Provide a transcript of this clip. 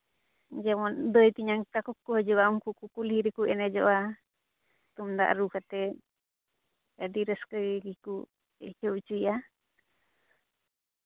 ᱡᱮᱢᱚᱱ ᱫᱟᱹᱭ ᱛᱮᱧᱟᱝ ᱛᱟᱠᱚ ᱠᱚ ᱦᱤᱡᱩᱜᱼᱟ ᱩᱝᱠᱩ ᱠᱚ ᱠᱩᱞᱦᱤ ᱨᱮᱠᱚ ᱮᱱᱮᱡᱚᱜᱼᱟ ᱛᱩᱢᱫᱟᱜ ᱨᱩ ᱠᱟᱛᱮᱫ ᱟᱹᱰᱤ ᱨᱟᱹᱥᱠᱟᱹ ᱜᱮᱠᱚ ᱟᱹᱭᱠᱟᱹᱣ ᱦᱚᱪᱚᱭᱟ